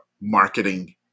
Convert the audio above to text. marketing